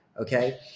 Okay